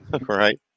Right